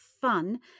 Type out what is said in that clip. fun